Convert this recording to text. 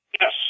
Yes